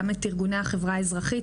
גם את ארגוני החברה האזרחית,